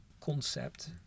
concept